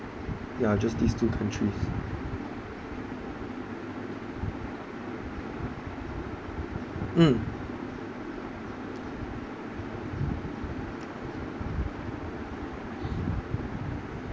yeah just these two countries mm